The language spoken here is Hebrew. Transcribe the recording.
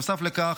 בנוסף לכך,